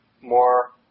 more